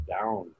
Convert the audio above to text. down